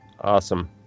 Awesome